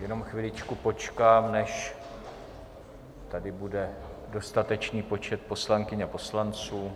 Jenom chviličku počkám, než tady bude dostatečný počet poslankyň a poslanců.